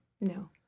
No